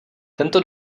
tento